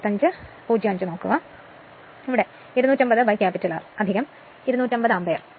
അതിനാൽ 250 R 250 ampere